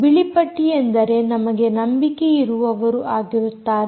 ಬಿಳಿ ಪಟ್ಟಿಯೆಂದರೆ ನಮಗೆ ನಂಬಿಕೆಯಿರುವವರು ಆಗಿರುತ್ತಾರೆ